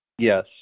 Yes